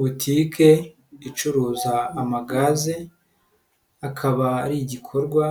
Butike icuruza amagaze, akaba ari igikorwa